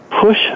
push